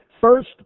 first